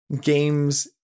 game's